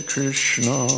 Krishna